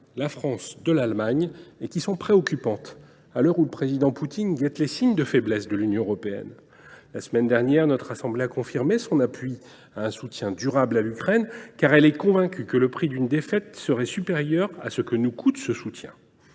la France de l’Allemagne et qui sont préoccupantes, à l’heure où le Président Poutine guette les signes de faiblesse de l’Union européenne. La semaine dernière, notre assemblée a confirmé son appui à un soutien durable à l’Ukraine, car elle est convaincue que le prix d’une défaite serait supérieur à celui d’un tel soutien.